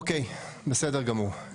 אוקיי, בסדר גמור.